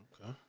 Okay